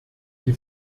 die